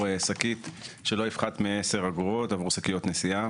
שקית שלא יפחת מ-10 אגורות עבור שקיות נשיאה